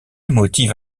motive